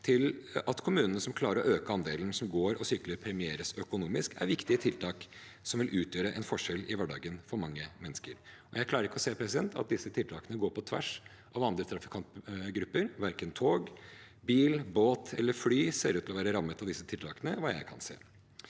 til at kommunene som klarer å øke andelen av folk som går og sykler, premieres økonomisk, er viktige tiltak som vil utgjøre en forskjell i hverdagen for mange mennesker. Jeg klarer ikke å se at disse tiltakene går på tvers av andre trafikantgrupper. Verken tog, bil, båt eller fly ser ut til å være rammet av disse tiltakene, etter hva jeg kan se.